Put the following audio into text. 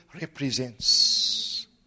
represents